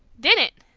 didn't!